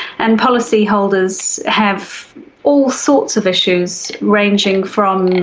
and policyholders have all sorts of issues ranging from and